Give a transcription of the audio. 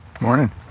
Morning